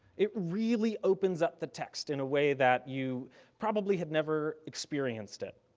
it really opens up the text in a way that you probably have never experienced it.